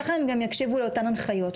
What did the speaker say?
ככה הם גם יקשיבו לאותן הנחיות,